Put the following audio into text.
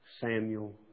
Samuel